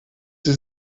sie